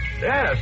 Yes